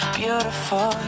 beautiful